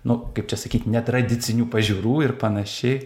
nu kaip čia sakyt netradicinių pažiūrų ir panašiai